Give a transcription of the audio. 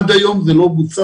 עד היום זה לא בוצע.